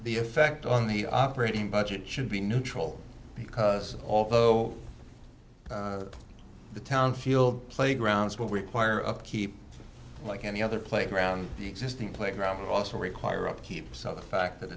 the effect on the operating budget should be neutral because although the town field playgrounds will require upkeep like any other playground the existing playground also require upkeep so the fact that